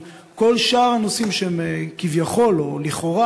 אבל כל שאר הנושאים שהם כביכול או לכאורה